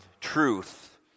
truth